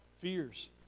Fears